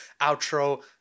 outro